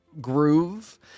groove